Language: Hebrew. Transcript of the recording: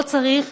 לא צריך,